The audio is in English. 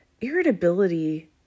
irritability